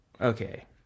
okay